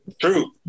True